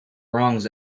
wrongs